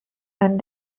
and